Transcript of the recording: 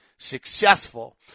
successful